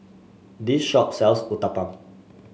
this shop sells Uthapam